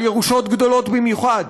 על ירושות גדולות במיוחד.